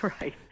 Right